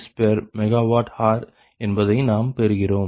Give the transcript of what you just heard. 76 RsMWhr என்பதை நாம் பெறுகிறோம்